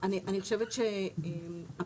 אני חושבת שהפוטנציאל